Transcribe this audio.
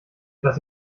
dass